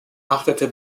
achtete